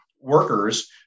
workers